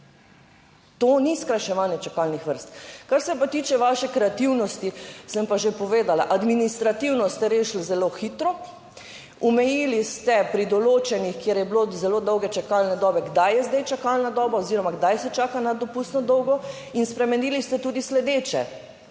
To ni skrajševanje čakalnih vrst. Kar se pa tiče vaše kreativnosti, sem pa že povedala. Administrativno ste rešili zelo hitro, omejili ste pri določenih, kjer je bilo zelo dolge čakalne dobe, kdaj je zdaj čakalna doba oziroma kdaj se čaka nad dopustno dolgo. In spremenili ste tudi sledeče: